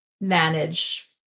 manage